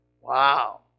Wow